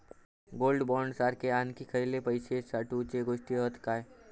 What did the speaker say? Gold bond सारखे आणखी खयले पैशे साठवूचे गोष्टी हत काय?